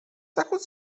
zachód